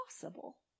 possible